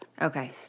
Okay